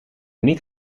niet